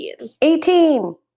18